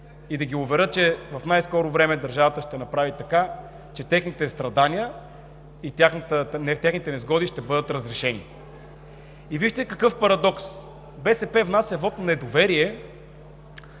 и да ги уверя, че в най-скоро време държавата ще направи така, че техните страдания и техните несгоди ще бъдат разрешени. И вижте какъв парадокс! БСП внася вот на недоверие